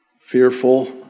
fearful